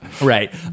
Right